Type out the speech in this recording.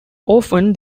often